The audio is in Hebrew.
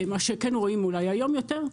מה שכן רואים אולי היום יותר,